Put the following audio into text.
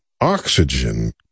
oxygen